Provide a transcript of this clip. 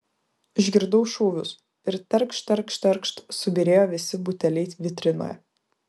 išgirdau šūvius ir terkšt terkšt terkšt subyrėjo visi buteliai vitrinoje